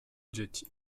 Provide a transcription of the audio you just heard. dzieci